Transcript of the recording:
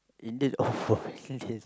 Indian oh Indian